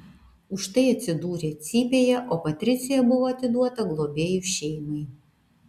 už tai atsidūrė cypėje o patricija buvo atiduota globėjų šeimai